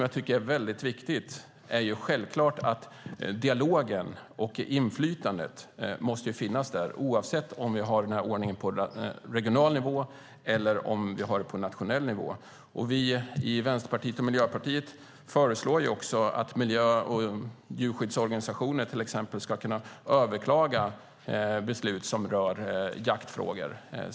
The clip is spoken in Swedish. Jag tycker självklart att det är viktigt att dialogen och inflytandet måste finnas där oavsett om vi har den här ordningen på regional nivå eller på nationell nivå. Vi i Vänsterpartiet och Miljöpartiet föreslår också att miljö och djurskyddsorganisationer till exempel ska kunna överklaga beslut som rör jaktfrågor.